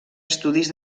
estudis